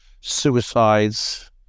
suicides